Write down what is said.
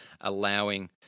allowing